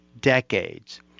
decades